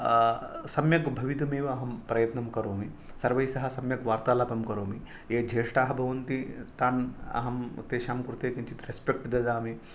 सम्यक् भवितुम् एव अहं प्रयत्नं करोमि सर्वैस्सह अहं सम्यक् वार्तालापं करोमि ये ज्येष्ठाः भवन्ति तान् अहं तेषां कृते किञ्चित् रेस्पेक्ट ददामि